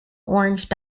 orange